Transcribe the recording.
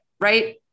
right